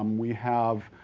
um we have,